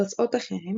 תוצאות החרם